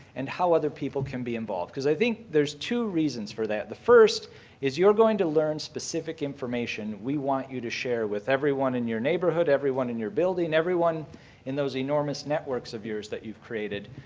and how other people can be involved. because i think there's two reasons for that. the first is you're going to learn specific information we want you to share with everyone in your neighborhood, everyone in your building, everyone in those enormous networks of yours that you've created.